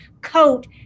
coat